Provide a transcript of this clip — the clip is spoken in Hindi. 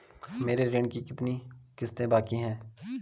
मेरे ऋण की कितनी किश्तें बाकी हैं?